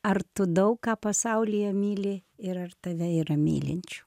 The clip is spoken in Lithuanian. ar tu daug ką pasaulyje myli ir ar tave yra mylinčių